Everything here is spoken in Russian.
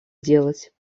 делать